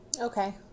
okay